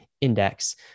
index